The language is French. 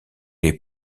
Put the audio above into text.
les